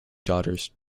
daughters